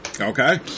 Okay